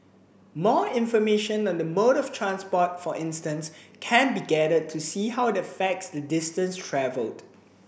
more information on the mode of transport for instance can be gathered to see how it affects the distance travelled